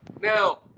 Now